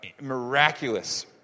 miraculous